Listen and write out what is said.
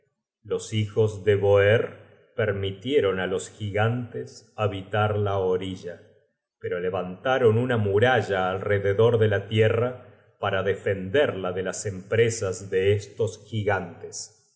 los hijos de boerr permitieron á los gigantes habitar la orilla pero levantaron una muralla alrededor de la tierra para defenderla de las empresas de estos gigantes